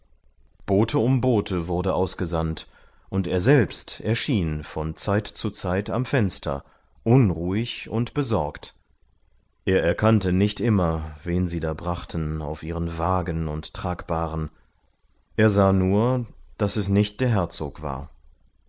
bote um bote wurde ausgesandt und er selbst erschien von zeit zu zeit am fenster unruhig und besorgt er erkannte nicht immer wen sie da brachten auf ihren wagen und tragbahren er sah nur daß es nicht der herzog war